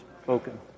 Spoken